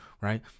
right